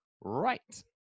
Right